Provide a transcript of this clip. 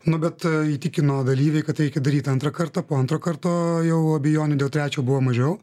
nu bet įtikino dalyviai kad reikia daryti antrą kartą po antro karto jau abejonių dėl trečio buvo mažiau